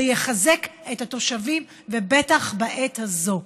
זה יחזק את התושבים, ובטח בעת הזו.